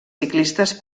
ciclistes